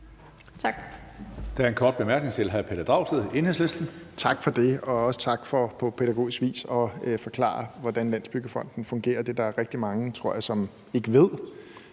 Tak.